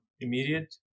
immediate